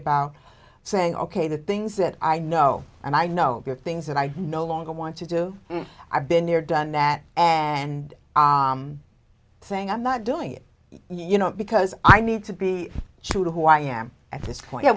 about saying ok the things that i know and i know there are things that i no longer want to do i've been there done that and saying i'm not doing it you know because i need to be true to who i am at this point